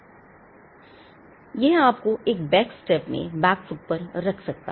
अब यह आपको एक बैक स्टेप में बैक फुट पर रख सकता है